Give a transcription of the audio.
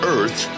Earth